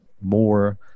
more